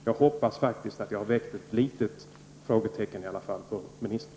Jag hoppas faktiskt att jag har väckt ett litet frågetecken hos ministern.